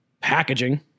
Packaging